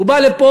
הוא בא לפה,